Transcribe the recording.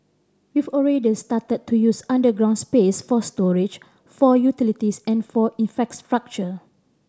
we've already started to use underground space for storage for utilities and for infrastructure